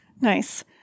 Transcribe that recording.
Nice